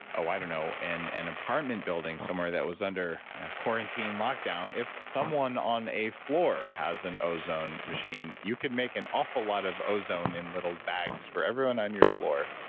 oh, i don't know, in and an apartment building somewhere that was under quarantine lock down, if someone on a floor has an ozone machine, you can make an awful lot of ozone in little bags for everyone on your floor,